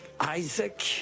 Isaac